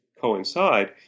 coincide